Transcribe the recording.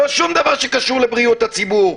לא שום דבר שקשור לבריאות הציבור.